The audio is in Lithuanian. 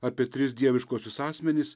apie tris dieviškuosius asmenis